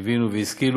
שהשכילו